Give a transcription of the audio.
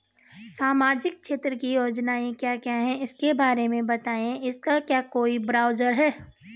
सामाजिक क्षेत्र की योजनाएँ क्या क्या हैं उसके बारे में बताएँगे इसका क्या कोई ब्राउज़र है?